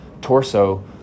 torso